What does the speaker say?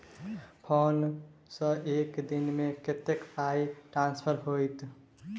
Phone सँ एक दिनमे कतेक पाई ट्रान्सफर होइत?